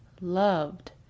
loved